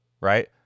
Right